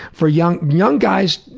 for young young guys.